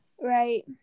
Right